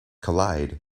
collide